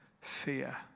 fear